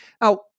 Now